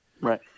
Right